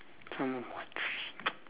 two or three